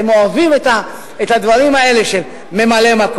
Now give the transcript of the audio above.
אתם אוהבים את הדברים האלה של ממלא-מקום.